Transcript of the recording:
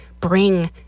bring